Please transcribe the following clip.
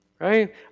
Right